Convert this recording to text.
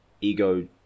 ego